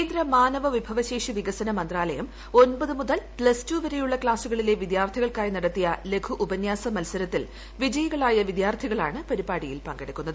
കേന്ദ്ര മാനവ വിഭൂവശേഷി വികസന മന്ത്രാലയം ഒൻപത് മുതൽ പ്ലസ് ടു വരെയുള്ളപ്പിക്ലാസുകളിലെ വിദ്യാർത്ഥികൾക്കായി നടത്തിയ ലഘു ഉപ്പിയ്യാസ മൽസരത്തിൽ വിജയികളായ വിദ്യാർത്ഥികളാണ് പരിക്ട്ടിയിൽ പങ്കെടുക്കുന്നത്